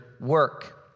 work